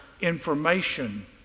information